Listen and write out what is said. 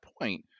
point